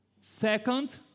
Second